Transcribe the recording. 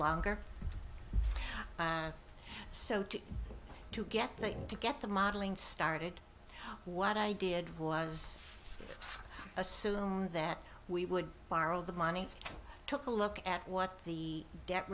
longer so to to get that and to get the modeling started what i did was assume that we would borrow the money took a look at what the debt